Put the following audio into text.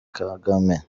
kagame